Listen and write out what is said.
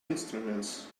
instruments